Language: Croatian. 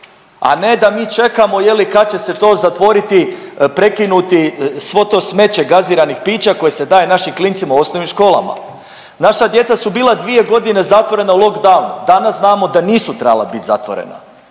a ne da mi čekamo je li kad će se to zatvoriti, prekinuti svo to smeće gaziranih pića koje se daje našim klincima u osnovnim školama. Naša djeca su bila 2.g. zatvorena u lockdownu, danas znamo da nisu trebala bit zatvorena,